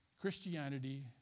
Christianity